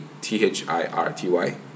t-h-i-r-t-y